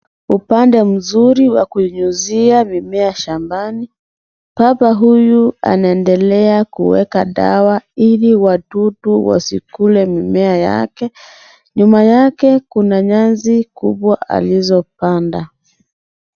Upande mzuri wa kunyunyizia mimea shambani, baba huyu anaendelea kuweka dawa ili wadudu wasikule mimea yake, nyuma yake kuna nyasi kubwa alizopanda.